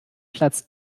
platz